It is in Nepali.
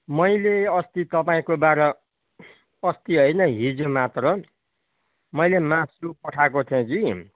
मैले अस्ति तपाईंँकोबाट अस्ति होइन हिजो मात्र मैले मासु पठाएको थिएँ कि